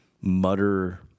mutter